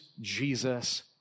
Jesus